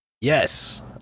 Yes